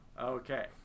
Okay